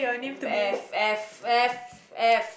F F F F